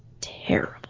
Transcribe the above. terrible